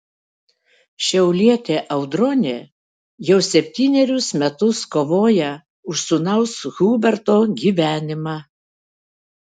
šiaulietė audronė jau septynerius metus kovoja už sūnaus huberto gyvenimą